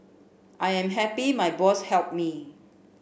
I am happy my boss helped me